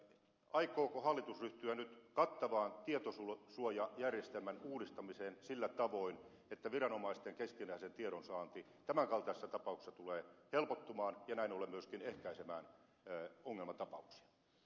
aikooko hallitus ryhtyä nyt kattavaan tietosuojajärjestelmän uudistamiseen sillä tavoin että viranomaisten keskinäinen tiedonsaanti tämän kaltaisissa tapauksissa tulee helpottumaan ja näin ollen myöskin ehkäisemään ongelmatapauksia